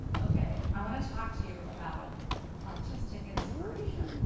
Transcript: okay, i wanna talk to you about artistic inspiration.